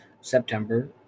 September